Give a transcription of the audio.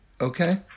Okay